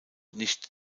nicht